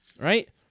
right